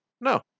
No